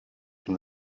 from